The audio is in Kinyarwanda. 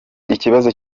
ikibazo